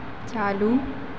चालू